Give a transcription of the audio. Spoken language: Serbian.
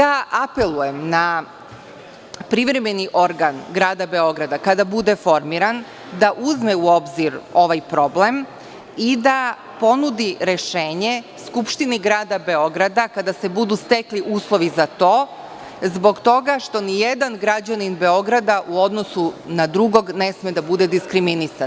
Apelujem na privremeni organ grada Beograda, kada bude formiran, da uzme u obzir ovaj problem i da ponudi rešenje Skupštini grada Beograda, kada se budu stekli uslovi za to, zbog toga što ni jedan građanin Beograda u odnosu na drugog ne sme biti diskriminisan.